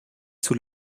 sous